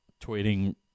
tweeting